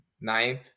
ninth